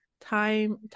time